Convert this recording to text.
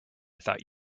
thought